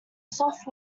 soft